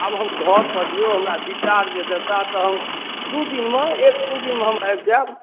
आब हम घर पर जयबै विचार जे देताह तऽ हम दू दिनमे एक दू दिनमे हम आबि जायब